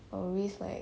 I would risk like